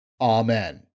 Amen